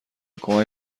کمک